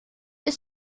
ist